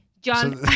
John